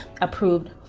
approved